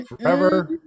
forever